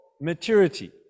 maturity